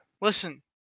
Listen